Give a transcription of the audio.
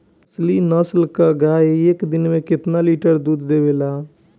अच्छी नस्ल क गाय एक दिन में केतना लीटर दूध देवे ला?